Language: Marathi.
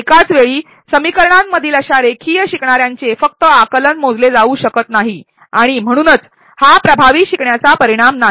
एकाच वेळी समीकरणांमधील अशा रेखीय शिकणार्यांचे फक्त आकलन मोजले जाऊ शकत नाही आणि म्हणूनच हा प्रभावी शिकण्याचा परिणाम नाही